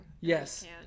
yes